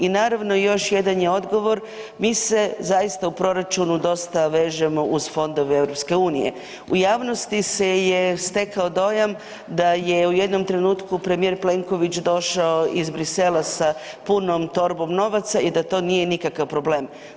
I naravno još jedan je odgovor, mi se zaista u proračunu dosta vežemo uz fondove EU, u javnosti se je stekao dojam da je u jednom trenutku premijer Plenković došao iz Bruxellesa sa punom torbom novaca i da to nije nikakav problem.